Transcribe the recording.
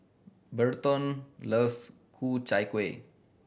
Berton loves Ku Chai Kuih